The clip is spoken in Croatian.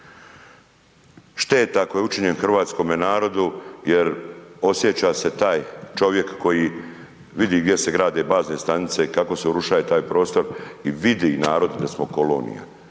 šteta koji je učinjen hrvatskome narodu, jer osjeća se taj čovjek, koji vidi gdje se grade bazne stanice, kako se urušaje taj prostro i vidi narod da smo kolonija.